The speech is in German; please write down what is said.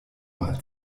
mal